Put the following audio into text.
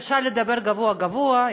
אפשר לדבר גבוהה-גבוהה,